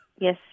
Yes